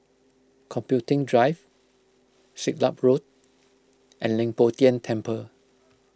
Computing Drive Siglap Road and Leng Poh Tian Temple